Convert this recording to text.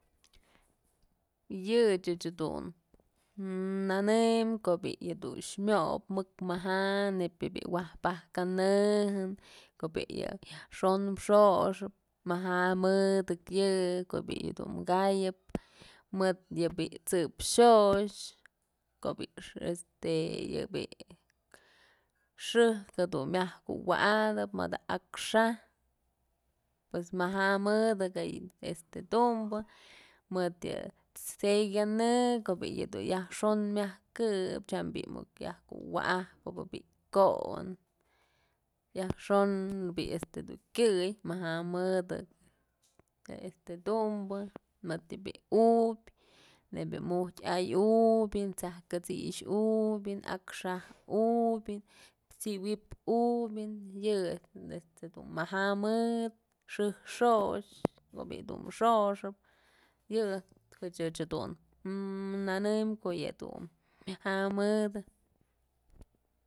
Yëch ëch dun nënëm ko'o bi'i dun myop mëk maja'a neyb yë bi'i waj pak kanëjën ko'o bi'i yë yajxon xoxëp maja'a mëdëk yë ko'o bi'i dun kayëp mëd yë bi'i t'sëp xyox ko'o bi'i este bi'i xëjk këdun myaj kuwa'atëp mëdë akxäj pues maja'a mëdël este jëdumbë este mëdë yë 'tsëy kanë ko'o bi'i yë yajxon myaj këp tyam bi'i muk yaj kuwa'ajpëbë bi'i kon yajxon bi'i este dun kyëy maja'a mëdëk este dumbë mët yë bi'i ubyë nebyë yë mujtyay ubyë, t'sajk kësix ubyën, akxäj ubyën, t'si wip ubyën yë este dun maja'a mëd xëjk xo'ox ko'o bi'i dun xoxëp yë ëxh jëdun nënëm ko'o yëdun myaja'a mëdë.